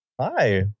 Hi